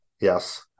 Yes